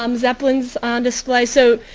um zeppelin's on display. so,